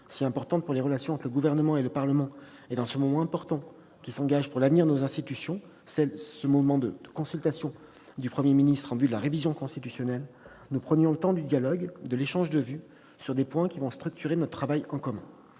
si importante pour les relations entre le Gouvernement et le Parlement, dans un moment essentiel pour l'avenir de nos institutions, celui des consultations menées par le Premier ministre en vue de la révision constitutionnelle -, nous prenions le temps du dialogue, de l'échange de vues sur des points qui structureront notre travail en commun.